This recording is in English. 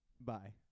Bye